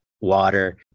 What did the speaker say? water